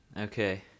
Okay